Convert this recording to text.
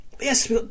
Yes